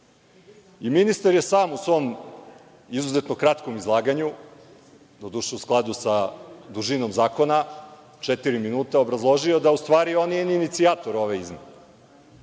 godine. Ministar je sam u svom izuzetno kratkom izlaganju, doduše u skladu sa dužinom zakona, četiri minuta obrazložio da u stvari on nije inicijator ove izmene,